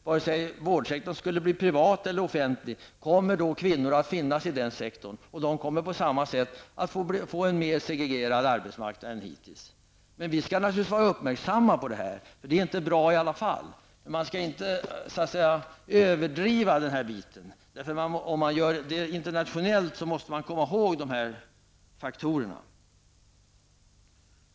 Vare sig vårdsektorn skulle bli privat eller offentlig i de andra länderna, kommer kvinnorna att återfinnas i den sektorn, och man kommer på samma sätt att få en mer segregerad arbetsmarknad än hittills. Vi skall naturligtvis vara uppmärksamma på denna segregation. Den är inte bra. Man skall inte överdriva den här saken, men gör man en internationell jämförelse måste man komma ihåg dessa faktorer.